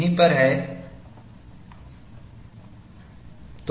यही पर है